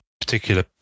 particular